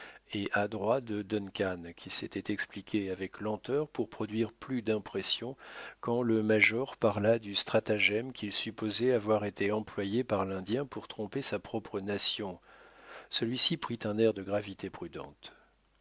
et adroit de duncan qui s'était expliqué avec lenteur pour produire plus d'impression quand le major parla du stratagème qu'il supposait avoir été employé par l'indien pour tromper sa propre nation celui-ci prit un air de gravité prudente